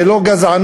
זה לא גזענות?